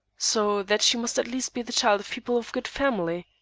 so that she must at least be the child of people of good family.